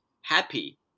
happy